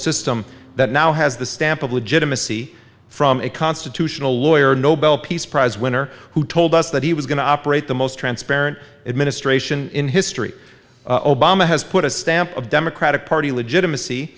system that now has the stamp of legitimacy from a constitutional lawyer nobel peace prize winner who told us that he was going to operate the most transparent administration in history obama has put a stamp of democratic party legitimacy